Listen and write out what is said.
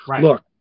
Look